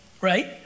right